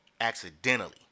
Accidentally